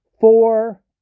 four